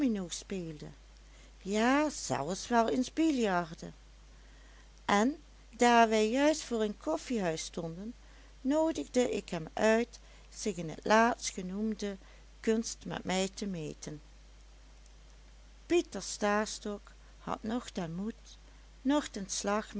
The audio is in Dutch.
speelde ja zelfs wel eens biljartte en daar wij juist vr een koffiehuis stonden noodigde ik hem uit zich in laatstgenoemde kunst met mij te meten pieter stastok had noch den moed noch